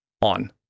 on